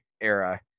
era